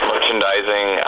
merchandising